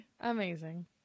amazing